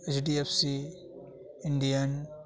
HDFC Indian